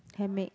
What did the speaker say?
hand made